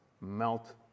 melt